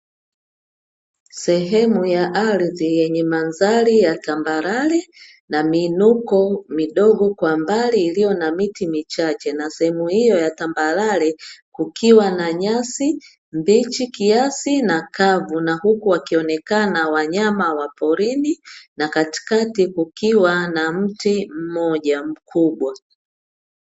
Sehemu ya ardhi yenye mandhari ya tambarare, na miinuko midogo kwa mbali na iliyo na miti michache, na sehemu hiyo ya tambarare kukiwa na nyasi mbichi kiasi na kavu, huku wakionekana wanyama wa porini, na katikati kukiwa na mti mmoja mkubwa.